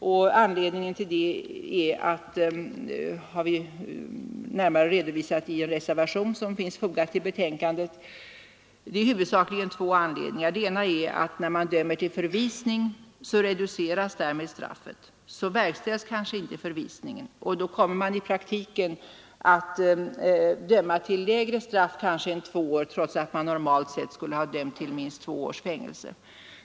Det finns huvudsakligen två skäl härtill, vilka vi närmare redovisat i en reservation till utskottets betänkande. Det ena skälet är att straffet när man dömer till förvisning reduceras. Om förvisningen sedan inte verkställs kan man i praktiken ha dömt till lägre straff än två år, trots att man normalt skulle ha dömt till minst två års fängelse.